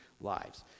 lives